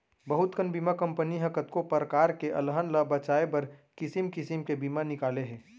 बहुत कन बीमा कंपनी ह कतको परकार के अलहन ल बचाए बर किसिम किसिम के बीमा निकाले हे